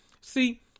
See